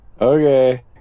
Okay